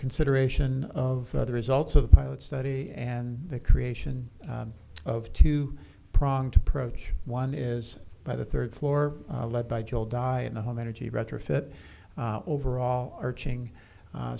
consideration of the results of the pilot study and the creation of two pronged approach one is by the third floor led by joe di in the home energy retrofit overall arching